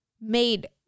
made